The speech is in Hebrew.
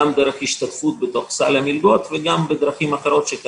גם דרך השתתפות בתוך סל המלגות וגם בדרכים אחרות שאני